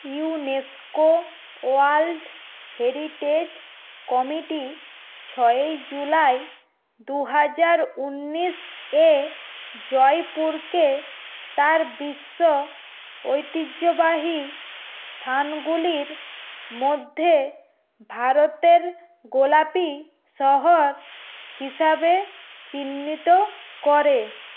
UNESCO world heritage committee ছয়েই July দু হাজার উন্নিশ এ জয়পুরকে তার বিশ্ব ঐতিহ্যবাহী স্থানগুলির মধ্যে ভারতের গোলাপী শহর হিসাবে চিহ্নিত করে